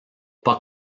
pas